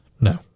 No